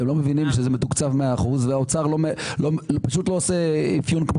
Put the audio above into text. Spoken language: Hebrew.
הם לא מבינים שזה מתוקצב 100% והאוצר פשוט לא עושה אפיון כמו